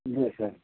जी sir